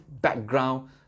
background